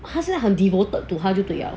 他现在很 devoted to 他就对了